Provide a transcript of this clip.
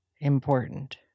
important